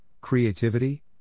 creativity